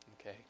Okay